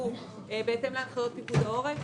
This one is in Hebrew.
שנסגרו בהתאם להנחיות פיקוד העורף